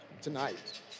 tonight